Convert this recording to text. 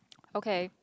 okay